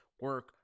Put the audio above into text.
Work